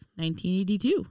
1982